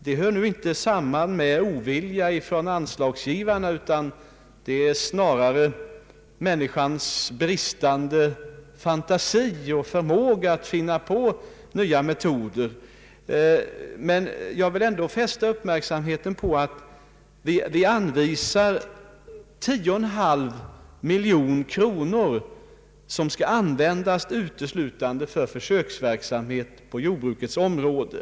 Detta hör inte samman med ovilja från anslagsgivarna, utan det är snarare människans bristande fantasi och förmåga att finna på nya metoder. Jag vill emellertid ändå fästa uppmärksamheten på att vi anvisar 10,5 miljoner kronor som skall användas uteslutande för försöksverksamhet på jordbrukets område.